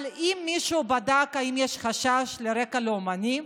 אבל האם מישהו בדק אם יש חשש לרקע לאומני?